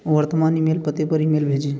वर्तमान ईमेल पते पर ईमेल भेजें